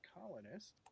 colonist